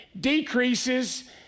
decreases